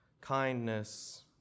kindness